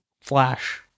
flash